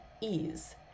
ease